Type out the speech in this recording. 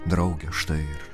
drauge štai ir